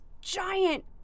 giant